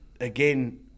again